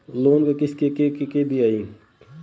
Loan क किस्त के के दियाई?